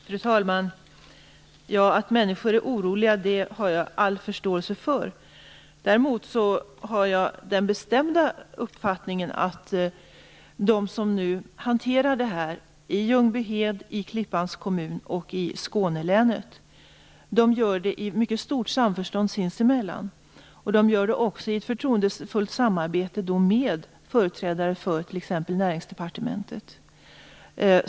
Fru talman! Jag har all förståelse för att människor är oroliga. Däremot har jag den bestämda uppfattningen att de som nu hanterar detta - i Ljungbyhed, i Klippans kommun och i Skånelänet - gör det i mycket stort samförstånd och i förtroendefullt samarbete med företrädare för t.ex. Näringsdepartementet.